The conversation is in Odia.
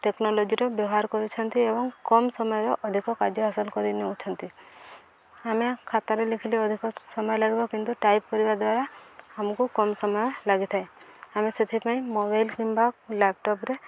ଟେକ୍ନୋଲୋଜିର ବ୍ୟବହାର କରୁଛନ୍ତି ଏବଂ କମ୍ ସମୟରେ ଅଧିକ କାର୍ଯ୍ୟ ହାସଲ କରି ନେଉଛନ୍ତି ଆମେ ଖାତାରେ ଲେଖିଲେ ଅଧିକ ସମୟ ଲାଗିବ କିନ୍ତୁ ଟାଇପ୍ କରିବା ଦ୍ୱାରା ଆମକୁ କମ୍ ସମୟ ଲାଗିଥାଏ ଆମେ ସେଥିପାଇଁ ମୋବାଇଲ୍ କିମ୍ବା ଲ୍ୟାପଟପ୍ରେ